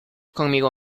conmigo